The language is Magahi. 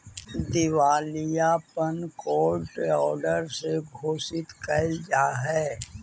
दिवालियापन कोर्ट ऑर्डर से घोषित कैल जा हई